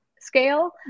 scale